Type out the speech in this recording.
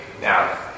now